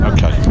Okay